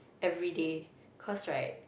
everyday cause right